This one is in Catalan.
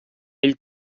pell